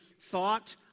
thought